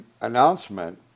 announcement